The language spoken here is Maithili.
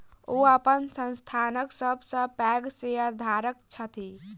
ओ अपन संस्थानक सब सॅ पैघ शेयरधारक छथि